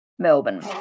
Melbourne